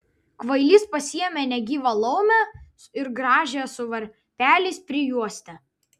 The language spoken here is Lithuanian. kvailys pasiėmė negyvą laumę ir gražią su varpeliais prijuostę